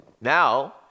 now